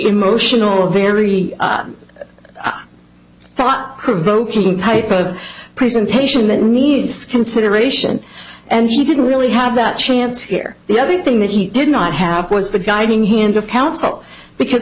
emotional a very thought provoking type of presentation that needs consideration and he didn't really have that chance here the other thing that he did not have was the guiding hand of counsel because